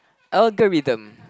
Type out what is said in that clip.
oh good rhythm